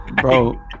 Bro